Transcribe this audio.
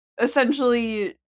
Essentially